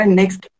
next